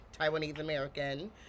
Taiwanese-American